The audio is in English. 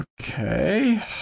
Okay